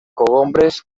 cogombres